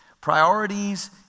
Priorities